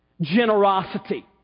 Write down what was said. generosity